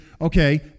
okay